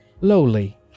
lowly